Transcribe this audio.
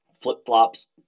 flip-flops